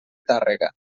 tàrrega